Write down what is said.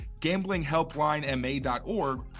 gamblinghelplinema.org